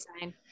sign